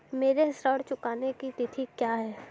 मेरे ऋण चुकाने की तिथि क्या है?